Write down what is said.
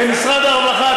במשרד הרווחה,